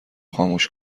خاموش